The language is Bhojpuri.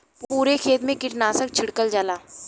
पुरे खेत मे कीटनाशक छिड़कल जाला